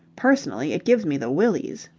personally, it gives me the willies.